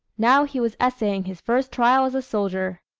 now he was essaying his first trial as a soldier.